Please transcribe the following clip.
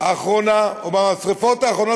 או בשרפות האחרונות,